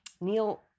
Neil